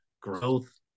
growth